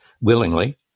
willingly